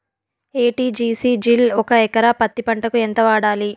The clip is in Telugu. ఎ.టి.జి.సి జిల్ ఒక ఎకరా పత్తి పంటకు ఎంత వాడాలి?